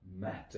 matter